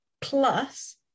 Plus